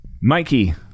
Mikey